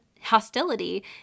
hostility